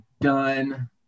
done